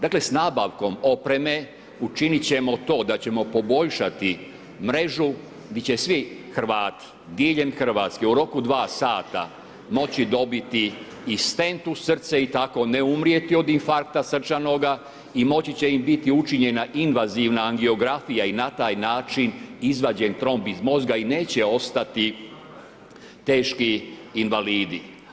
Dakle s nabavkom opreme učinit ćemo to da ćemo poboljšati mrežu gdje će svi Hrvati diljem Hrvatske u roku 2 sata moći dobiti i stent u srce i tako ne umrijeti od infarkta srčanoga i moći će im biti učinjena invazivna angiografija i na taj način izvađen tromb iz mozga i neće ostati teški invalidi.